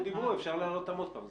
אפשר להעלות אותם עוד פעם.